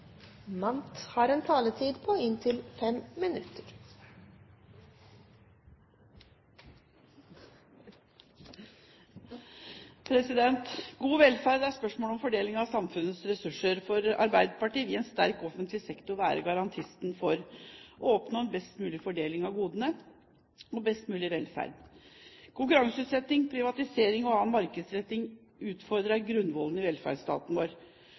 Arbeiderpartiet vil en sterk offentlig sektor være garantisten for å oppnå en best mulig fordeling av godene og best mulig velferd. Konkurranseutsetting, privatisering og annen markedsretting utfordrer grunnvollene i velferdsstaten vår.